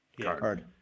card